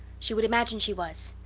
she would imagine she was.